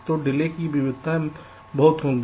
तो डिले की विविधताएं बहुत होंगी